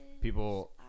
People